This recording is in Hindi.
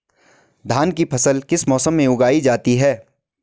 धान की फसल किस मौसम में उगाई जाती है?